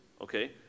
okay